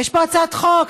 יש פה הצעת חוק,